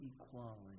equality